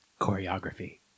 Choreography